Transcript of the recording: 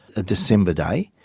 a december day.